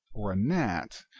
or a gnat,